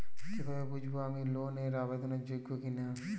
কীভাবে বুঝব আমি লোন এর আবেদন যোগ্য কিনা?